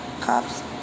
Cops